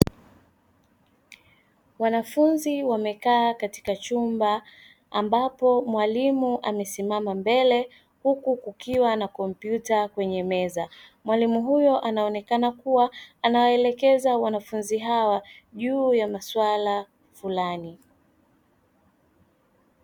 Wanafunzi wamekaa katika chumba ambapo mwalimu amesimama mbele huku kukiwa na kompyuta kwenye meza, mwalimu huyo anaonekana kuwa anaelekeza wanafunzi hawa juu ya maswala fulani.